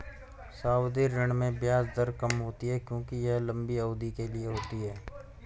सावधि ऋण में ब्याज दर कम होती है क्योंकि यह लंबी अवधि के लिए होती है